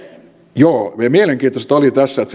joo mielenkiintoista tässä oli että